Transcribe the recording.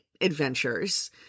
adventures